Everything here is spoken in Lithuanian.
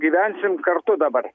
gyvensim kartu dabar